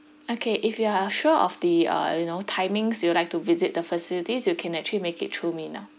okay if you are sure of the uh you know timings you would like to visit the facilities you can actually make it through me now